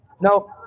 No